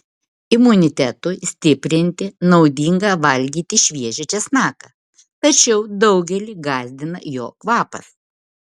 imunitetui stiprinti naudinga valgyti šviežią česnaką tačiau daugelį gąsdina jo kvapas